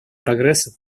прогресса